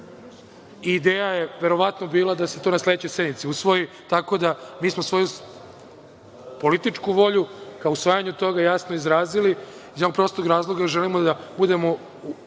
Ideja je, verovatno, bila da se to na sledećoj sednici usvoji, tako da, mi smo svoju političku volju ka usvajanju toga jasno izrazili, iz jednog prostog razloga želimo da budemo